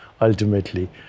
ultimately